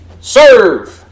Serve